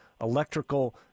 electrical